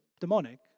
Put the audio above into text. demonic